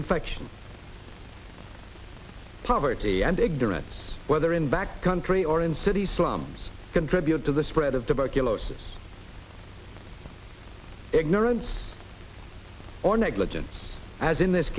infection poverty and it directs whether in back country or in cities slums contribute to the spread of tuberculosis ignorance or negligence as in this